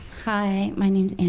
hi, my